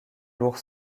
lourd